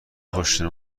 خوششون